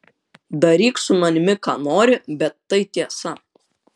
daryk su manimi ką nori bet tai tiesa